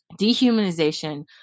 dehumanization